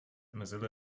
mozilla